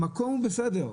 המקום הוא בסדר,